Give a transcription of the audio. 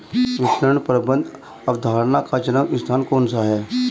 विपणन प्रबंध अवधारणा का जन्म स्थान कौन सा है?